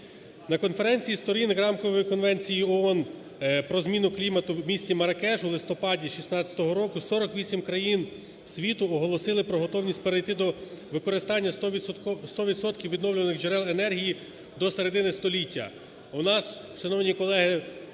На конференції сторін Рамкової конвенції ООН про зміну клімату в місті Марракеш у листопаді 16-го року 48 країн світу оголосили про готовність перейти до використання сто відсотків відновлювальних джерел енергії до середини століття.